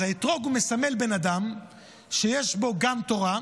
אז האתרוג מסמל בן אדם שיש בו גם תורה,